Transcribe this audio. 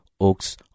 oaks